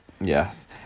Yes